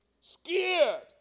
scared